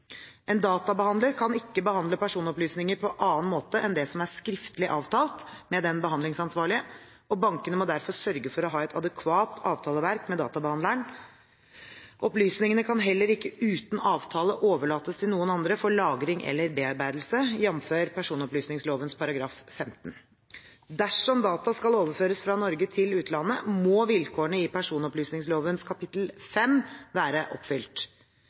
En databehandler kan ikke behandle personopplysninger på annen måte enn det som er skriftlig avtalt med den behandlingsansvarlige, og bankene må derfor sørge for å ha et adekvat avtaleverk med databehandleren. Opplysningene kan heller ikke uten avtale overlates til noen andre for lagring eller bearbeidelse, jf. personopplysningsloven § 15. Dersom data skal overføres fra Norge til utlandet, må vilkårene i personopplysningsloven kapittel V være oppfylt.